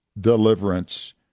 deliverance